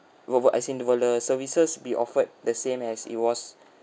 will will is individual err services be offered the same as it was